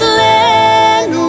land